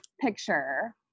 picture